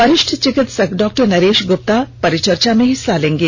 वरिष्ठ चिकित्सक डॉक्टर नरेश गुप्ता परिचर्चा में हिस्सा लेंगे